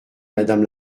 madame